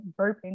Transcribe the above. burping